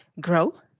grow